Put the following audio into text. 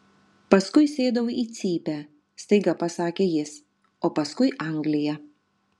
paskui sėdau į cypę staiga pasakė jis o paskui anglija